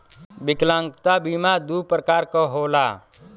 विकलागंता बीमा दू प्रकार क होला